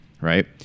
right